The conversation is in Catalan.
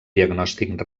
diagnòstic